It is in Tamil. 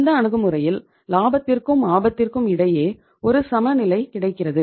இந்த அணுகுமுறையில் லாபத்திற்கும் ஆபத்துக்கும் இடையே ஒரு சமநிலை கிடைக்கிறது